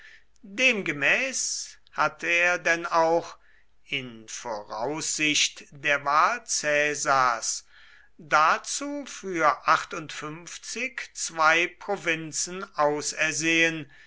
demgemäß hatte er denn auch in voraussicht der wahl caesars dazu für zwei provinzen ausersehen